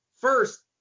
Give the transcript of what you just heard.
first